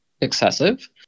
Excessive